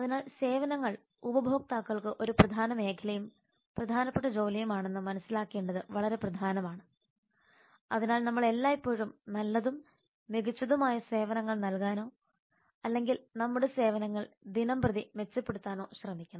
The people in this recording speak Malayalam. അതിനാൽ സേവനങ്ങൾ ഉപഭോക്താക്കൾക്ക് ഒരു പ്രധാന മേഖലയും പ്രധാനപ്പെട്ട ജോലിയുമാണെന്ന് മനസ്സിലാക്കേണ്ടത് വളരെ പ്രധാനമാണ് അതിനാൽ നമ്മൾ എല്ലായ്പ്പോഴും നല്ലതും മികച്ചതുമായ സേവനങ്ങൾ നൽകാനോ അല്ലെങ്കിൽ നമ്മുടെ സേവനങ്ങൾ ദിനംപ്രതി മെച്ചപ്പെടുത്താനോ ശ്രമിക്കണം